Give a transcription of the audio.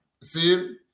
See